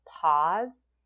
pause